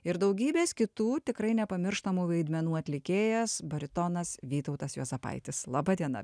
ir daugybės kitų tikrai nepamirštamų vaidmenų atlikėjas baritonas vytautas juozapaitis laba diena